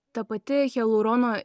ta pati hialurono